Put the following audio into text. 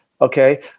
okay